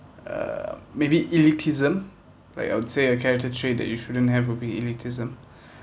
uh maybe elitism like I would say a character trait that you shouldn't have would be elitism